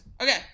Okay